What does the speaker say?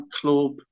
club